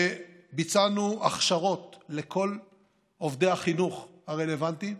ביצענו הכשרות לכל עובדי החינוך הרלוונטיים,